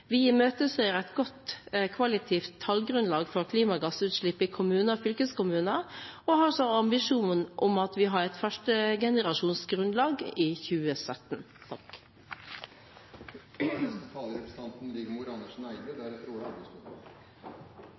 Vi imøteser et godt kvalitativt tallgrunnlag for klimagassutslipp i kommuner og fylkeskommuner og har som ambisjon at vi har et førstegenerasjons tallgrunnlag i 2017. Jeg ønsker bare å gi en kort kommentar, for dette er